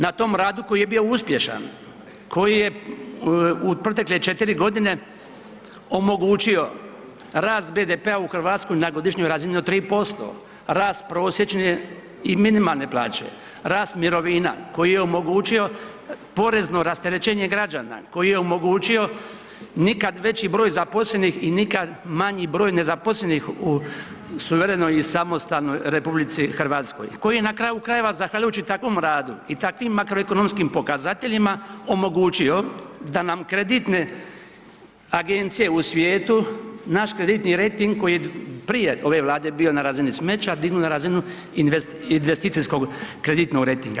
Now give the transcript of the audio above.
Na tom radu koji je bio uspješan koji je u protekle četiri godine omogućio rast BDP-a u Hrvatskoj na godišnju razinu od 3%, rast prosječne i minimalne plaće, rast mirovina koji je omogućio porezno rasterećenje građana, koji je omogućio nikad veći broj zaposlenih i nikad manji broj nezaposlenih u suverenoj i samostalnoj RH, koji je na kraju krajeva zahvaljujući takvom radu i takvim makroekonomskim pokazateljima omogućio da nam kreditne agencije u svijetu naš kreditni rejting koji je prije ove Vlade bio na razini smeća, dignu na razinu investicijskog kreditnog rejtinga.